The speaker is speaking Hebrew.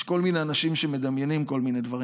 יש כל מיני אנשים שמדמיינים כל מיני דברים